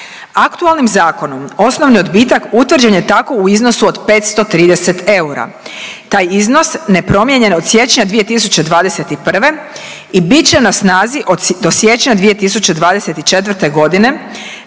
Aktualnim zakonom osnovni odbitak utvrđen je tako u iznosu od 530 eura. Taj iznos nepromijenjen od siječnja 2021. i bit će na snazi do siječnja 2024. godine